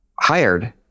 hired